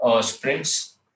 sprints